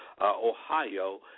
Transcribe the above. Ohio